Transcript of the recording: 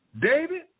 David